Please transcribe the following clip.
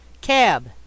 Cab